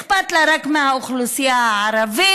אכפת לה רק מהאוכלוסייה הערבית,